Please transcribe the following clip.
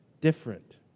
different